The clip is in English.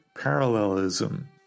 parallelism